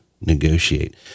negotiate